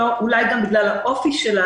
ואולי גם בגלל האופי שלה,